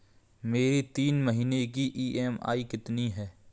मेरी तीन महीने की ईएमआई कितनी है?